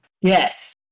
Yes